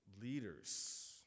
leaders